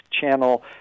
channel